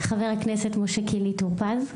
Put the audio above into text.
חבר הכנסת משה (קינלי) טור פז.